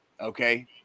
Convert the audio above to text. okay